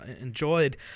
enjoyed